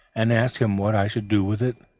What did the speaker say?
and asked him what i should do with it.